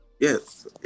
Yes